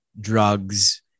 drugs